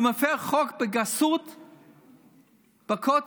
שמפר חוק בגסות בכותל.